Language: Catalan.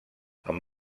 amb